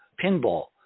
pinball